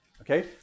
okay